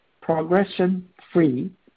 progression-free